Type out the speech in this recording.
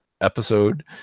episode